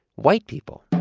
white people